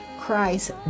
Christ